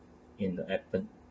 in the appen